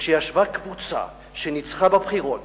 כשישבה קבוצה שניצחה בבחירות